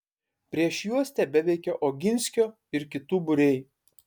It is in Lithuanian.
prieš juos tebeveikė oginskio ir kitų būriai